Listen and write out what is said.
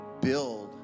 build